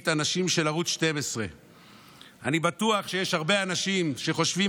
אנשים של ערוץ 12. אני בטוח שיש הרבה אנשים שחושבים